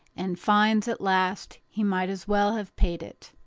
and finds at last he might as well have paid it.